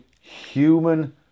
human